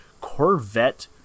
Corvette